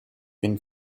been